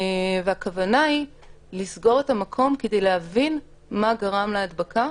והכוונה היא לסגור את המקום כדי להבין מה גרם להדבקה,